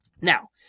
Now